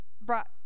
brought